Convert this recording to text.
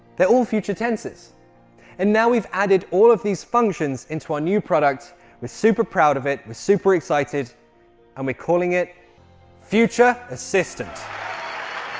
they're all future tenses and now we've added all of these functions into our new product we're super proud of it we're super excited and we're calling it future assistant